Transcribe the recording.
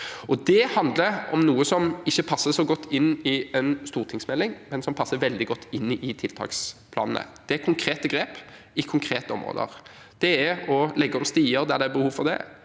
Det handler om noe som ikke passer så godt inn i en stortingsmelding, men som passer veldig godt inn i tiltaksplanene. Det er konkrete grep i konkrete områder. Det er å legge om stier der det er behov for det,